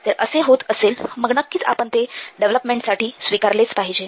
जर असे होत असेल मग नक्कीच आपण ते डेव्हलपमेंटसाठी स्वीकारलेच पाहिजे